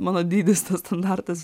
mano dydis standartas